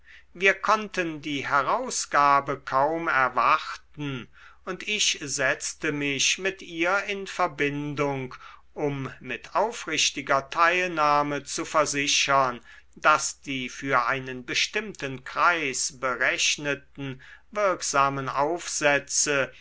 wir konnten die herausgabe kaum erwarten und ich setzte mich mit ihr in verbindung um mit aufrichtiger teilnahme zu versichern daß die für einen bestimmten kreis berechneten wirksamen aufsätze